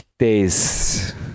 Days